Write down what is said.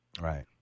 Right